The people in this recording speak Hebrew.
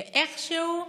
ואיכשהו,